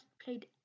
played